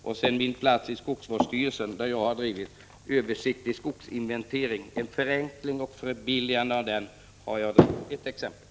Vad beträffar min plats i skogsstyrelsen kan jag nämna som ett exempel att jag har drivit frågan om förenkling och förbilligande av den översiktliga skogsinventeringen.